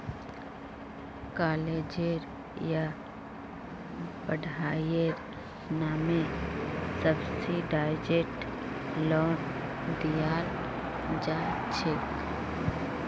कालेजेर या पढ़ाईर नामे सब्सिडाइज्ड लोन दियाल जा छेक